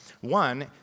One